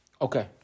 Okay